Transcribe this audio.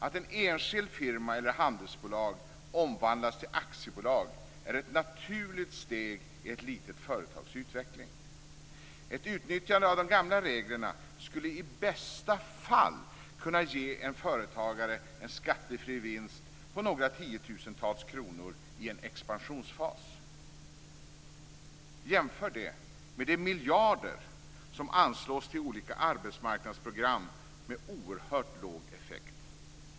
Att en enskild firma eller ett handelsbolag omvandlas till aktiebolag är ett naturligt steg i ett litet företags utveckling. Ett utnyttjande av de gamla reglerna skulle i bästa fall kunna ge en företagare en skattefri vinst på några tiotusental kronor i en expansionsfas. Jämför det med de miljarder som anslås till olika arbetsmarknadsprogram med oerhört låg effekt.